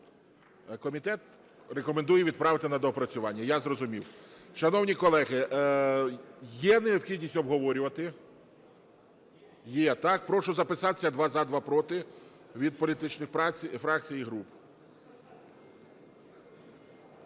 Комітет рекомендує відправити на доопрацювання, я зрозумів. Шановні колеги, є необхідність обговорювати? Є. Прошу записатись, два - за, два – проти, від політичних фракцій і груп.